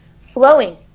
flowing